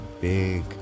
big